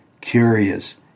curious